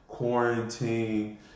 quarantine